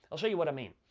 i'll show you what i mean.